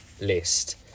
list